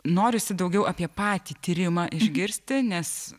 norisi daugiau apie patį tyrimą išgirsti nes